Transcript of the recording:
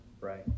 Right